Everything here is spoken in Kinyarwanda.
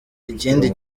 ikindi